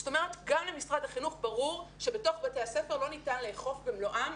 זאת אומרת גם למשרד החינוך ברור שתוך בתי הספר לא ניתן לאכוף במלואם,